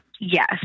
Yes